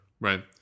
Right